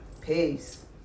Peace